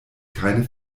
keine